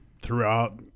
throughout